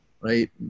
right